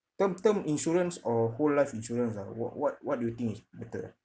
term term insurance or whole life insurance ah what what what do you think is better ah